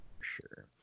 Sure